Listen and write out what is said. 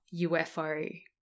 UFO